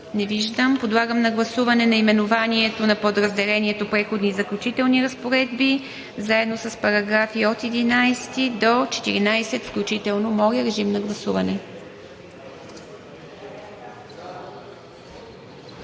Не виждам. Подлагам на гласуване наименованието на подразделението „Преходни и заключителни разпоредби“ заедно с параграфи от 11 до 14 включително. Гласували